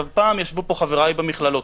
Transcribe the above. פעם ישבו פה חבריי במכללות,